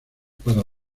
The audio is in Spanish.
para